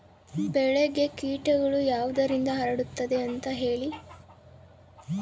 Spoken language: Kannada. ಬೆಳೆಗೆ ಕೇಟಗಳು ಯಾವುದರಿಂದ ಹರಡುತ್ತದೆ ಅಂತಾ ಹೇಳಿ?